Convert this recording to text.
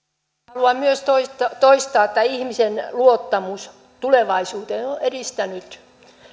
haluan myös toistaa että ihmisen luottamus tulevaisuuteen on edistänyt